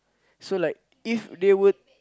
so like if they were